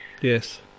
Yes